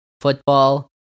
football